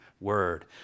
word